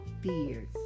fears